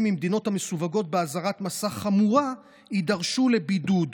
ממדינות המסווגות באזהרת מסע חמורה יידרשו לבידוד,